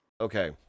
Okay